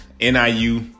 NIU